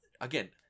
again